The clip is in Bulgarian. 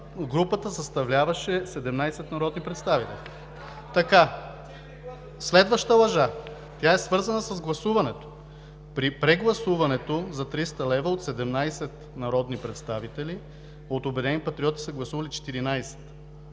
групата съставляваше 17 народни представители. Следващата лъжа е свързана с гласуването. При прегласуването за 300 лв. – от 17 народни представители от „Обединени патриоти“ са гласували 14,